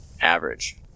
average